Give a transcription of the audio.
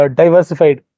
diversified